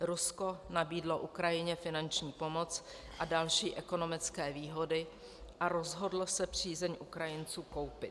Rusko nabídlo Ukrajině finanční pomoc a další ekonomické výhody a rozhodlo se přízeň Ukrajinců koupit.